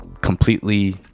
completely